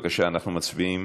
בבקשה, אנחנו מצביעים.